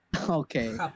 okay